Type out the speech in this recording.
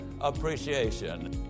appreciation